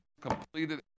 completed